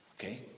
Okay